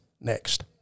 next